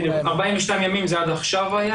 בדיוק, 42 ימים זה עד עכשיו היה.